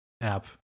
app